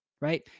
right